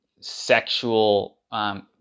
sexual